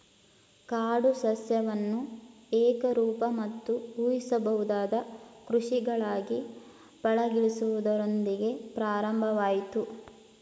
ಕಾಡು ಸಸ್ಯವನ್ನು ಏಕರೂಪ ಮತ್ತು ಊಹಿಸಬಹುದಾದ ಕೃಷಿಗಳಾಗಿ ಪಳಗಿಸುವುದರೊಂದಿಗೆ ಪ್ರಾರಂಭವಾಯ್ತು